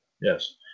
Yes